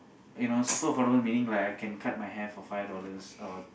you know super affordable meaning like I can cut my hair for five dollars or